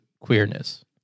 queerness